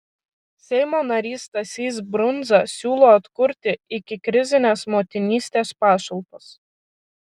seimo narys stasys brundza siūlo atkurti ikikrizines motinystės pašalpas